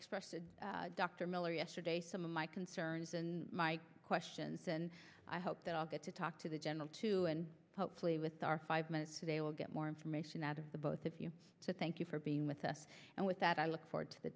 dr miller yesterday some of my concerns and questions and i hope that i'll get to talk to the general too and hopefully with our five minutes they will get more information out of the both of you to thank you for being with us and with that i look forward to the